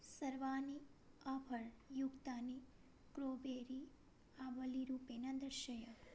सर्वाणि आफ़र् युक्तानि क्रोबेरी आवलीरूपेण दर्शय